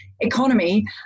economy